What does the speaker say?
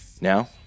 Now